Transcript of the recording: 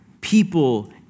people